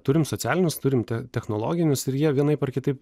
turim socialinius turim technologinius ir jie vienaip ar kitaip